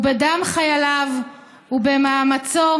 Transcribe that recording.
ובדם חייליו ובמאמצו